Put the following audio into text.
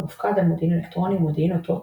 המופקד על מודיעין אלקטרוני ומודיעין אותות